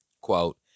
Quote